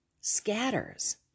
scatters